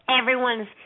everyone's